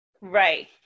Right